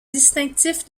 distinctif